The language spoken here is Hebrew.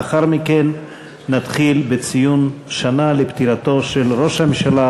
לאחר מכן נתחיל בציון שנה לפטירתו של ראש הממשלה